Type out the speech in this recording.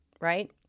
right